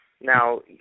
Now